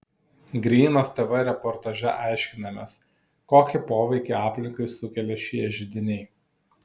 grynas tv reportaže aiškinamės kokį poveikį aplinkai sukelia šie židiniai